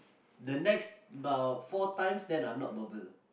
the next about four times then I not bubble